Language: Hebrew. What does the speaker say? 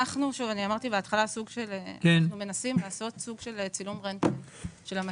אנחנו מנסים לעשות סוג של צילום רנטגן של המצב.